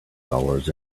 dollars